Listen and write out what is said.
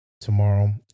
tomorrow